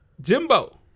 Jimbo